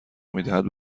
میدهد